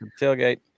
tailgate